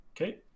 okay